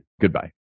Goodbye